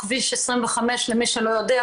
כביש 25 למי שלא יודע,